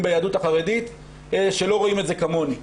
ביהדות החרדית שלא רואים את זה כמוני,